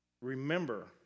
remember